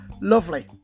Lovely